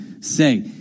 say